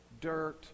dirt